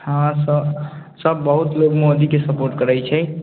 हँ हँ सब बहुत लोग मोदीके सपोर्ट करै छै